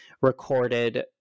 recorded